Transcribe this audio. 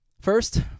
First